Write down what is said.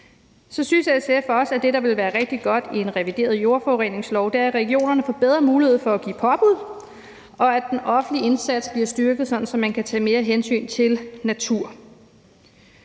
Så synes SF også, at det, der ville være rigtig godt i en revideret jordforureningslov, var, at regionerne får bedre mulighed for at give påbud, og at den offentlige indsats bliver styrket, så man kan tage mere hensyn til natur.